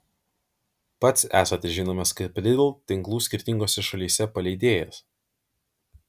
pats esate žinomas kaip lidl tinklų skirtingose šalyse paleidėjas